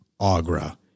Agra